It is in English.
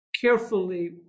carefully